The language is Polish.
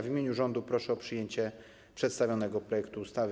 W imieniu rządu proszę o przyjęcie przedstawionego projektu ustawy.